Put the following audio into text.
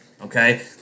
Okay